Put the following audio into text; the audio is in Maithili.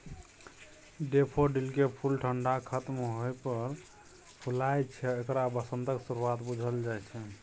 डेफोडिलकेँ फुल ठंढा खत्म होइ पर फुलाय छै आ एकरा बसंतक शुरुआत बुझल जाइ छै